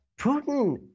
Putin